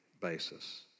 basis